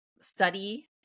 study